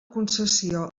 concessió